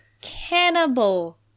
cannibal